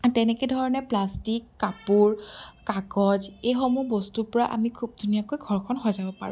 তেনেকে ধৰণে প্লাষ্টিক কাপোৰ কাগজ এইসমূহ বস্তুৰ পৰা আমি খুব ধুনীয়াকৈ ঘৰখন সজাব পাৰোঁ